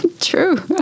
true